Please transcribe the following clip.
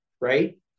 right